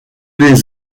les